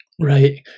Right